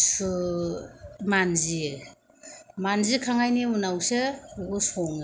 मानजियो मानजिखांनायनि उनावसो बेखौ सङो